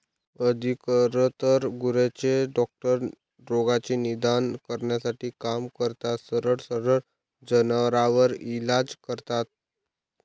अधिकतर गुरांचे डॉक्टर रोगाचे निदान करण्यासाठी काम करतात, सरळ सरळ जनावरांवर इलाज करता